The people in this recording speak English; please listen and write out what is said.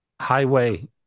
highway